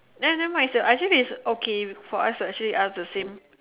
then never mind I think its okay for us to ask the same question